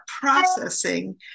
processing